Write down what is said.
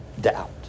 Doubt